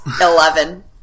eleven